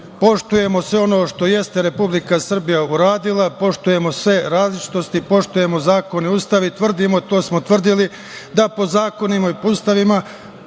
poštujemo sve ono što jeste Republika Srbija uradila, poštujemo sve različitosti, poštujemo zakone, Ustav. Tvrdimo, to smo tvrdili, da po zakonima i po Ustavu